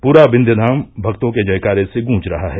पूरा विन्य धाम भक्तों के जयकारे से गूंज रहा है